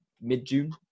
mid-June